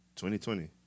2020